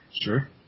Sure